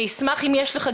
אני אשמח אם יש לך,